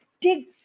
dig